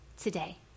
today